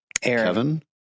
Kevin